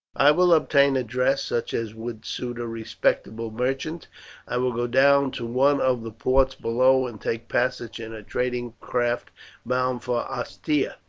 i will obtain a dress such as would suit a respectable merchant i will go down to one of the ports below and take passage in a trading craft bound for ostia.